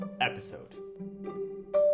episode